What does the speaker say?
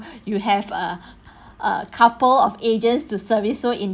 you have a a couple of agents to service so in